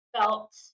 felt